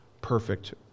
perfect